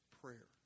prayer